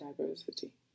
diversity